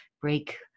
break